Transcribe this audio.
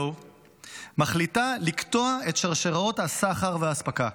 מחליטה לקטוע את שרשראות הסחר והאספקה.